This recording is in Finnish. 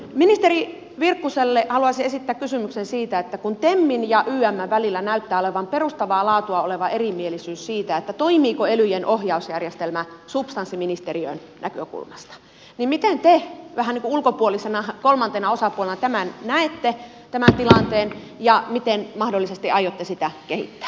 ministeri virkkuselle haluaisin esittää kysymyksen siitä että kun temin ja ymn välillä näyttää olevan perustavaa laatua oleva erimielisyys siitä toimiiko elyjen ohjausjärjestelmä substanssiministeriön näkökulmasta niin miten te vähän niin kuin ulkopuolisena kolmantena osapuolena näette tämän tilanteen ja miten mahdollisesti aiotte sitä kehittää